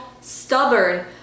stubborn